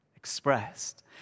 Expressed